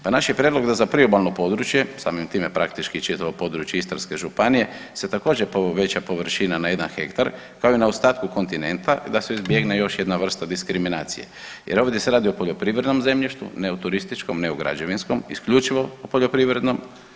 Pa naš je prijedlog da za priobalno područje, samim time praktički i čitavo područje Istarske županije se također poveća površina na jedan hektar, kao i na ostatku kontinenta i da se izbjegne još jedna vrsta diskriminacije jer ovdje se radi o poljoprivrednom zemljištu, ne o turističkom, ne o građevinskom, isključivo o poljoprivrednom.